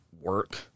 work